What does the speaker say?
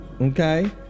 okay